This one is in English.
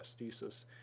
prosthesis